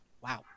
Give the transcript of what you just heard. Wow